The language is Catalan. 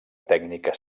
tècnica